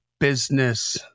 business